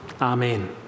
amen